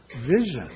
vision